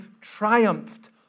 triumphed